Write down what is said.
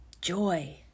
joy